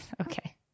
Okay